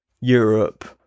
Europe